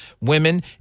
women